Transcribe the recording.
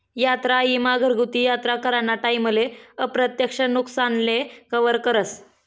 यात्रा ईमा घरगुती यात्रा कराना टाईमले अप्रत्यक्ष नुकसानले कवर करस